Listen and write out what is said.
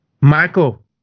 Michael